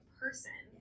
person